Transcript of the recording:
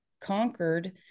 conquered